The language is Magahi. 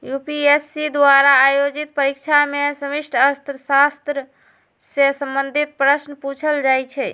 यू.पी.एस.सी द्वारा आयोजित परीक्षा में समष्टि अर्थशास्त्र से संबंधित प्रश्न पूछल जाइ छै